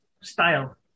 style